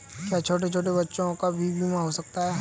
क्या छोटे छोटे बच्चों का भी बीमा हो सकता है?